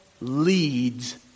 leads